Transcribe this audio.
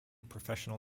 professional